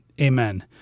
Amen